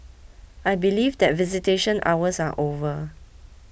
I believe that visitation hours are over